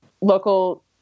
local